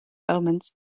omens